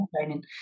training